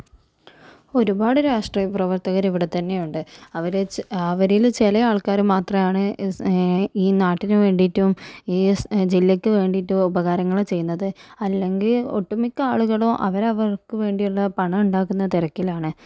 ഒരുപാട് രാഷ്ട്രീയപ്രവർത്തകരിവിടെ തന്നെ ഉണ്ട് അവർ അവരിൽ ചില ആൾക്കാർ മാത്രമാണ് ഈ നാടിന് വേണ്ടിയിട്ടും ഈ സ് ജില്ലക്ക് വേണ്ടിയിട്ടും ഉപകാരങ്ങൾ ചെയ്യുന്നത് അല്ലെങ്കിൽ ഒട്ടു മിക്ക ആളുകളും അവരവർക്ക് വേണ്ടിയിട്ടുള്ള പണം ഉണ്ടാക്കുന്ന തിരക്കിലാണ്